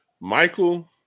Michael